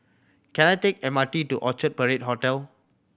can I take M R T to Orchard Parade Hotel